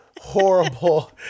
horrible